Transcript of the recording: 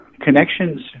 connections –